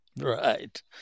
Right